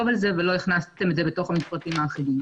על זה ולא הכנסתם את זה בתוך המפרטים האחידים.